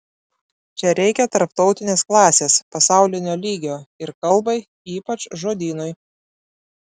čia reikia tarptautinės klasės pasaulinio lygio ir kalbai ypač žodynui